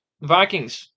Vikings